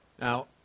Now